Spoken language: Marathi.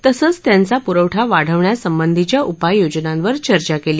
तसंच त्यांचा प्रवठा वाढवण्यासंबंधीच्या उपाययोजनांवर चर्चा केली